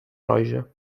roja